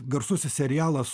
garsusis serialas